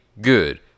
good